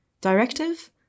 directive